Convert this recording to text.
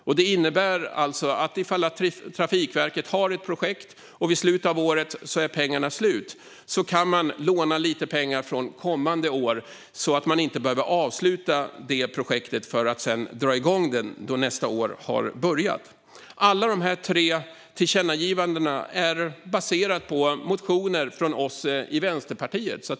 Detta innebär att om Trafikverket har ett projekt och pengarna är slut vid årets slut kan man låna lite pengar från kommande år så att man inte behöver avsluta projektet för att sedan dra igång det igen när nästa år har börjat. Alla dessa tre tillkännagivanden är baserade på motioner från oss i Vänsterpartiet.